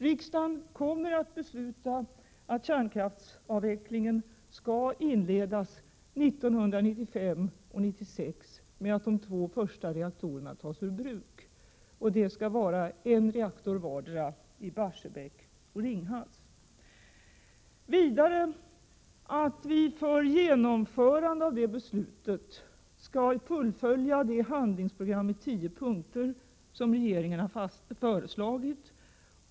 Riksdagen kommer att besluta att kärnkraftsavvecklingen skall inledas 1995 och 1996 med att de två första reaktorerna tas ur bruk. Det skall vara en reaktor vardera i Barsebäck och Ringhals. Vidare skall vi, före genomförandet av det beslutet, fullfölja det handlingsprogram i tio punkter som regeringen har framlagt.